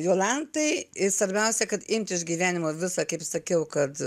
jolantai ir svarbiausia kad imti iš gyvenimo visa kaip sakiau kad